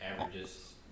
Averages